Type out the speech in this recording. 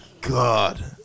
God